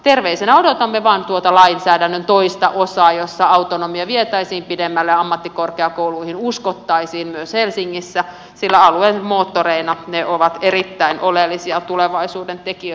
terveisinä odotamme vain että tuota lainsäädännön toista osaa jossa autonomia vietäisiin pidemmälle ammattikorkeakouluihin uskottaisiin myös helsingissä sillä alueen moottoreina ne ovat erittäin oleellisia tulevaisuuden tekijöitä suomessa